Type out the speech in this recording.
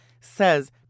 says